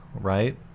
Right